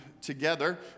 together